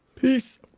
Peace